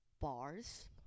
bars